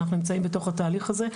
אנחנו נמצאים בתוך התהליך הזה.